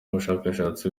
bushakashatsi